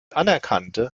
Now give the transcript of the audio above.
anerkannte